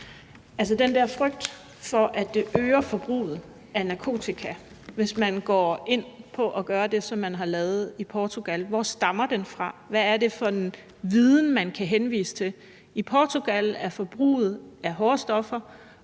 den der frygt for, at det øger forbruget af narkotika, hvis man går med på at gøre det, som man har lavet i Portugal? Hvad er det for en viden, man kan henvise til? I Portugal er forbruget af hårde stoffer